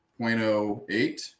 0.08